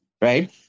Right